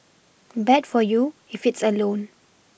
bad for you if it's a loan